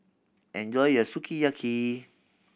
enjoy your Sukiyaki